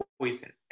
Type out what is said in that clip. poison